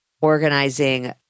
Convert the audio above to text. organizing